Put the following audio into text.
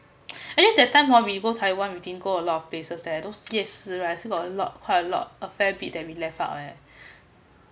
and then that time oh we go taiwan we didn't go a lot of places those 夜市 right I think got a lot quite a lot a fair bit that we left out eh